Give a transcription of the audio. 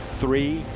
three,